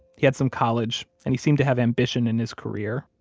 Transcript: he had some college, and he seemed to have ambition in his career,